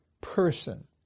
person